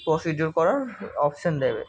procedure করার option দেবে